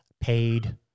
paid